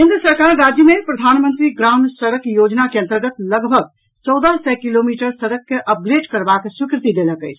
केन्द्र सरकार राज्य मे प्रधानमंत्री ग्राम सड़क योजना के अंतर्गत लगभग चौदह सय किलामीटर सड़क के अपग्रेट करबाक स्वीकृति देलक अछि